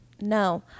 No